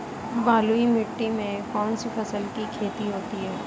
बलुई मिट्टी में कौनसी फसल की खेती होती है?